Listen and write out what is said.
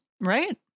right